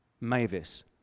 Mavis